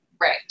Right